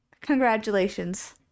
Congratulations